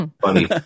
funny